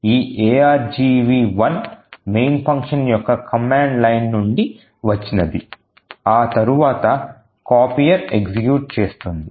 ఈ argv1 main function యొక్క command line నుండి వచ్చినది ఆ తరువాత copier execute చేస్తుంది